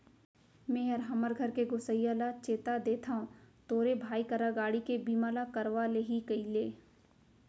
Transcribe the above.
मेंहा हमर घर के गोसइया ल चेता देथव तोरे भाई करा गाड़ी के बीमा ल करवा ले ही कइले